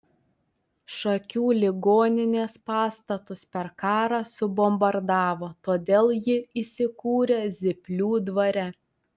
šakių ligoninės pastatus per karą subombardavo todėl ji įsikūrė zyplių dvare